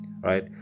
right